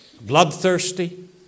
bloodthirsty